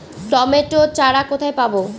Tomato চারা কোথায় পাবো?